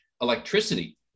electricity